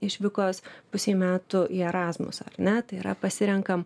išvykos pusei metų į erasmus ar ne tai yra pasirenkam